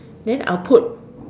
then I'll put